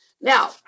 Now